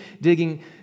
digging